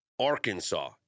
Arkansas